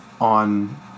on